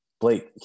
Blake